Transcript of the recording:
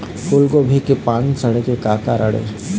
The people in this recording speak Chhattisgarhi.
फूलगोभी के पान सड़े के का कारण ये?